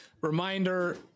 Reminder